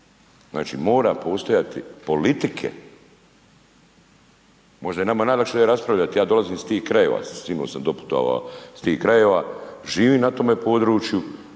Znači, mora postojati politike. Možda je nama najlakše ne raspravljati, ja dolazim iz tih krajeva, sinoć sam doputovao iz tih krajeva, živim na tom području,